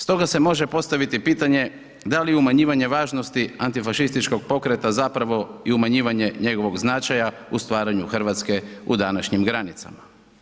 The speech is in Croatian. Stoga se može postaviti pitanje da li umanjivanje važnosti antifašističkog pokreta zapravo i umanjivanje njegovog značaja u stvaranju RH u današnjim granicama.